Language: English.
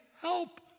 help